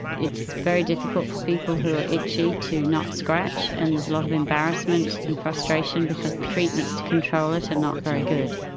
it's very difficult for people who are itchy to not scratch, and there's a lot of embarrassment and frustration because the treatments to control it are not very good.